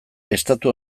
estatu